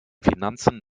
finanzen